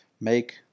make